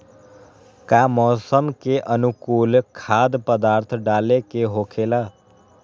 का मौसम के अनुकूल खाद्य पदार्थ डाले के होखेला?